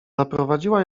zaprowadziła